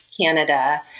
Canada